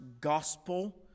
gospel